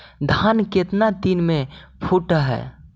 धान केतना दिन में फुट है?